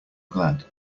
glad